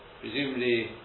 Presumably